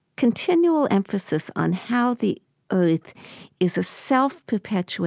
continual emphasis on how the earth is a self-perpetuating